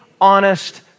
honest